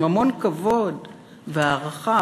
עם המון כבוד והערכה,